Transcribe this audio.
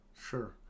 Sure